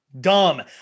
Dumb